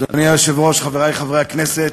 אדוני היושב-ראש, חברי חברי הכנסת,